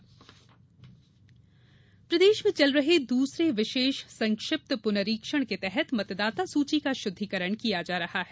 मतदाता प्रदेश में चल रहे दूसरे विशेष संक्षिप्त पुनरीक्षण के तहत मतदाता सूची का शुद्धिकरण किया जा रहा है